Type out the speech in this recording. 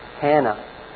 Hannah